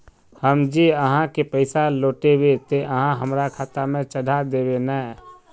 हम जे आहाँ के पैसा लौटैबे ते आहाँ हमरा खाता में चढ़ा देबे नय?